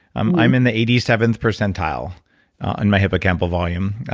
i'm i'm in the eighty seventh percentile on my hippocampal volume,